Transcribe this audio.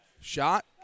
shot